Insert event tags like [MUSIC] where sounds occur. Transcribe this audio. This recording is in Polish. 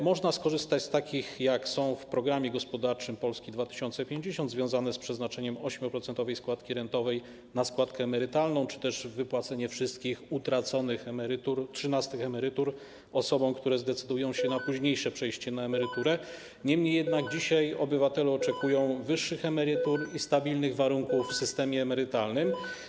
Można skorzystać z tych, które są zawarte w programie gospodarczym Polski 2050, związanych z przeznaczeniem 8-procentowej składki rentowej na składkę emerytalną czy też wypłaceniem wszystkich utraconych emerytur, 13. emerytur osobom, które zdecydują się na późniejsze przejście na emeryturę, [NOISE] niemniej jednak dzisiaj obywatele oczekują wyższych emerytur i stabilnych warunków w systemie emerytalnym.